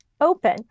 open